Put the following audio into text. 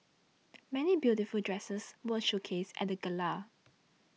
many beautiful dresses were showcased at the gala